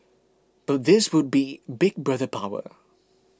but this would be Big Brother power